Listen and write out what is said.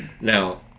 Now